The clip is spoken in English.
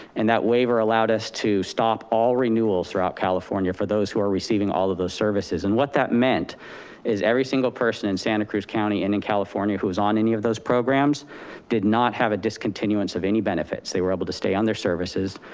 and that waiver allowed us to stop all renewals throughout california for those who are receiving all of those services. and what that meant is every single person in santa cruz county and in california who was on any of those programs did not have a discontinuance of any benefits. they were able to stay on their services.